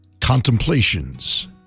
Contemplations